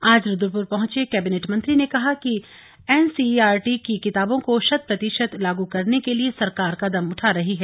आज रुद्रपुर पहुंचे कैबिनेट मंत्री ने कहा कि N C E R T की किताबों को शत प्रतिशत लागू करने के लिए सरकार कदम उठा रही है